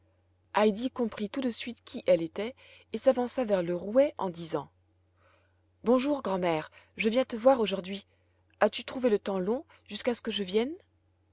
comprit tout de suite qui elle était et s'avança vers le rouet en disant bonjour grand'mère je viens te voir aujourd'hui as-tu trouvé le temps long jusqu'à ce que je vienne